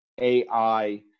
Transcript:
AI